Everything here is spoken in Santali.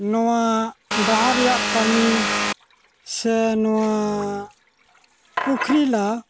ᱱᱚᱣᱟ ᱰᱟᱦᱟᱨ ᱨᱮᱭᱟᱜ ᱠᱟᱹᱢᱤ ᱥᱮ ᱱᱚᱣᱟ ᱯᱩᱠᱷᱨᱤ ᱞᱟ